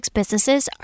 businesses